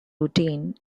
routine